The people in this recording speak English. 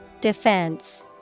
Defense